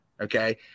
Okay